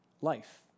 life